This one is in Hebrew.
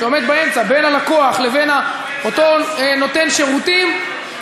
שעומד באמצע בין הלקוח ובין אותו נותן שירותים,